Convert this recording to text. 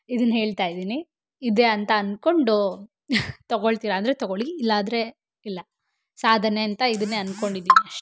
ಇದನ್ನು ಹೇಳ್ತಾ ಇದ್ದೀನಿ ಇದೇ ಅಂತ ಅನ್ಕೊಂಡು ತೊಗೊಳ್ತೀರ ಅಂದರೆ ತೊಗೊಳ್ಳಿ ಇಲ್ಲ ಆದರೆ ಇಲ್ಲ ಸಾಧನೆ ಅಂತ ಇದನ್ನೇ ಅಂದ್ಕೊಂಡಿದೀನಿ ಅಷ್ಟೆ